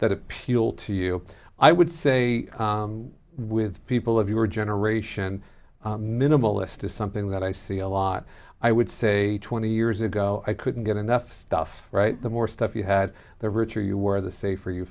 that appeal to you i would say with people of your generation minimalist is something that i see a lot i would say twenty years ago i couldn't get enough stuff right the more stuff you had the richer you were the safer you